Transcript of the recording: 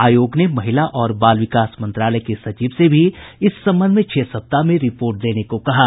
आयोग ने महिला और बाल विकास मंत्रालय के सचिव से भी इस संबंध में छह सप्ताह में रिपोर्ट देने को कहा है